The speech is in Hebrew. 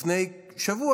לפני שבוע,